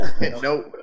Nope